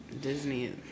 disney